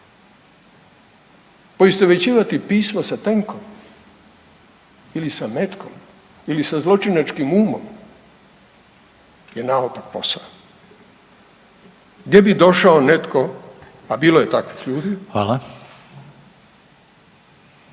Poistovjećivati pismo sa tenkom ili sa metkom ili sa zločinačkim umom je naopak posao. Gdje bi došao netko, a bilo je takvih ljudi